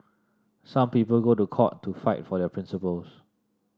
some people go to court to fight for their principles